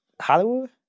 Hollywood